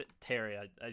Terry